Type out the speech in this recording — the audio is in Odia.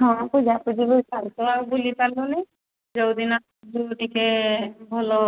ହଁ ପୂଜା ପୂଜି ବି କାଲି ତ ଆଉ ବୁଲିପାରିଲୁନି ଯେଉଁ ଦିନ ଯେଉଁ ଟିକେ ଭଲ